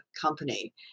company